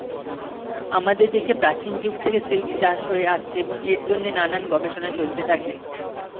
আমাদের দেশে প্রাচীন যুগ থেকে সিল্ক চাষ হয়ে আসছে এবং এর জন্যে নানান গবেষণা চলতে থাকে